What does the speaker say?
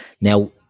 Now